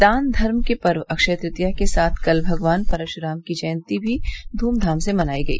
दान धर्म के पर्व अक्षय तृतीया के साथ कल भगवान परश्राम की जयन्ती भी ध्मधाम से मनाई गई